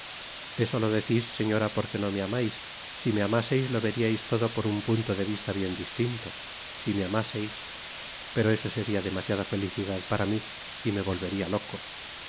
eso lo decís señora porque no me amais si me amaseis lo veríais todo por un punto de vista bien distinto si me amaseis pero eso seria demasiada felicidad para mí y me volvería loco